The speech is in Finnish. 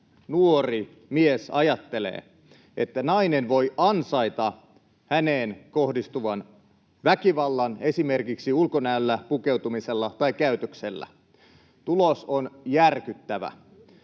nuori mies ajattelee, että nainen voi ansaita häneen kohdistuvan väkivallan esimerkiksi ulkonäöllä, pukeutumisella tai käytöksellä. Tulos on järkyttävä.